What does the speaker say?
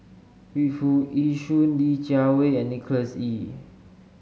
Yu Foo Yee Shoon Li Jiawei and Nicholas Ee